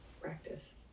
practice